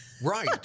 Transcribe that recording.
right